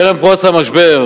טרם פרוץ המשבר,